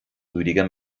rüdiger